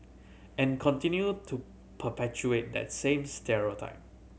and continue to perpetuate that same stereotype